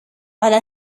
على